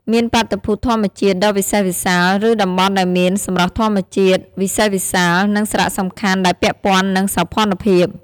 មានបាតុភូតធម្មជាតិដ៏វិសេសវិសាល ឬតំបន់ដែលមានសម្រស់ធម្មជាតិវិសេសវិសាល និងសារៈសំខាន់ដែលពាក់ព័ន្ធនឹងសោភណភាព។